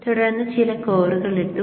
തുടർന്ന് ചില കോറുകൾ ഇട്ടു